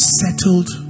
settled